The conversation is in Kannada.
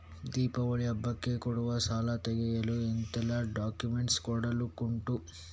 ದೀಪಾವಳಿ ಹಬ್ಬಕ್ಕೆ ಕೊಡುವ ಸಾಲ ತೆಗೆಯಲು ಎಂತೆಲ್ಲಾ ಡಾಕ್ಯುಮೆಂಟ್ಸ್ ಕೊಡ್ಲಿಕುಂಟು?